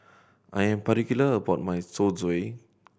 I am particular about my Zosui